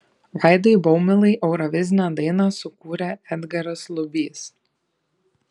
vaidui baumilai eurovizinę dainą sukūrė edgaras lubys